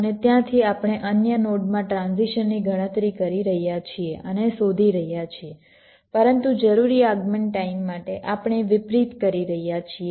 અને ત્યાંથી આપણે અન્ય નોડમાં ટ્રાન્ઝિશનની ગણતરી કરી રહ્યા છીએ અને શોધી રહ્યા છીએ પરંતુ જરૂરી આગમન ટાઈમ માટે આપણે વિપરીત રીતે કરી રહ્યા છીએ